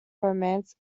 romance